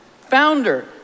founder